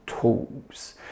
tools